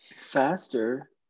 Faster